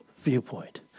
viewpoint